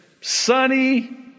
sunny